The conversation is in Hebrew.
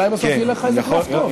אולי בסוף ילך לך איזה קלף טוב.